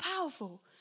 powerful